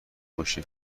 بشه